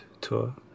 tour